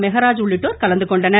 மெகராஜ் உள்ளிட்டோர் கலந்துகொண்டனர்